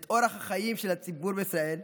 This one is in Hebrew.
את אורח החיים של הציבור בישראל,